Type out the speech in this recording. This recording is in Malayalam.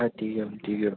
ആ ടി വി വേണം ടി വി വേണം